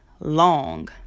long